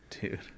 Dude